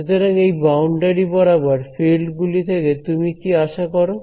সুতরাং এই বাউন্ডারি বরাবর ফিল্ড গুলি থেকে তুমি কি আশা করো